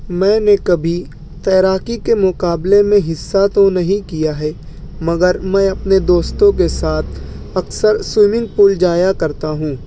میں نے کبھی تیراکی کے مقابلے میں حصہ تو نہیں کیا ہے مگر میں اپنے دوستوں کے ساتھ اکثر سوئمنگ پول جایا کرتا ہوں